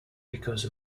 because